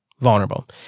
vulnerable